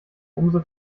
umso